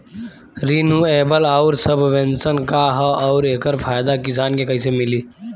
Renewable आउर subvention का ह आउर एकर फायदा किसान के कइसे मिली?